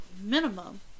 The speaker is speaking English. minimum